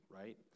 right